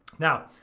now,